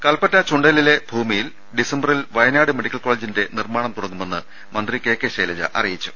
കൽപ്പറ്റ ചുണ്ടേലിലെ ഭൂമിയിൽ ഡിസംബറിൽവയനാട് മെഡിക്കൽ കോളജ് നിർമ്മാണം തുടങ്ങുമെന്ന് മന്ത്രി കെകെ ശൈലജ അറിയിച്ചു